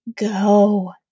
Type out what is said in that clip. go